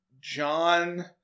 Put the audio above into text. john